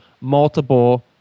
multiple